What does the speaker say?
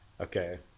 Okay